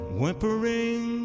whimpering